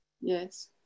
Yes